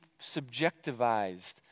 subjectivized